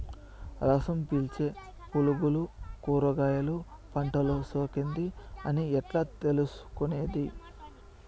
రసం పీల్చే పులుగులు కూరగాయలు పంటలో సోకింది అని ఎట్లా తెలుసుకునేది?